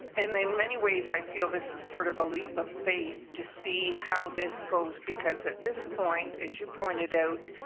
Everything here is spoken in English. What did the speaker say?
and in many ways, i feel this is sort of a leap of faith to see how this goes because at this point, as you pointed out,